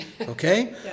Okay